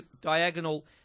diagonal